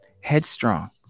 headstrong